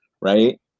right